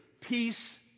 Peace